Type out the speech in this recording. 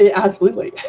and absolutely.